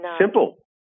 Simple